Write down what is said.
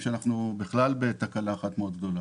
שם אנחנו בכלל בתקלה גדולה מאוד.